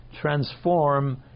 transform